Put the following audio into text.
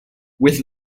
with